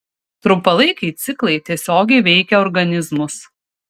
trumpalaikiai ciklai tiesiogiai veikia organizmus